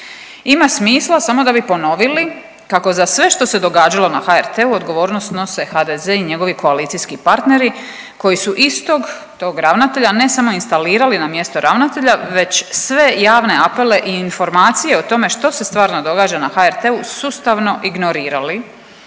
Ima smisla samo da bi ponovili kako za sve što se događalo na HRT-u odgovornost snose HDZ i njegovi koalicijski partneri koji su istog tog ravnatelja ne samo instalirali na mjesto ravnatelja već sve javne apele i informacije o tome što se stvarno događa na HRT-u sustavno ignorirali,